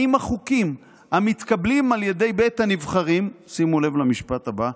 האם החוקים המתקבלים על ידי בית הנבחרים" שימו לב למשפט הבא,